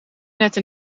nette